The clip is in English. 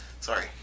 Sorry